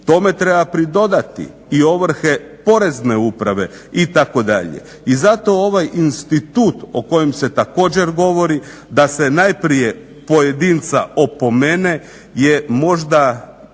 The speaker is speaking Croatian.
Tome treba pridodati i ovrhe Porezne uprave itd. I zato ovaj institut o kojem se također govori da se najprije pojedinca opomene je možda